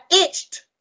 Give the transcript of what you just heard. itched